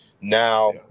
Now